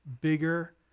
bigger